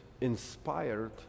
inspired